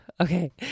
okay